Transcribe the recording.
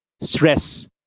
Stress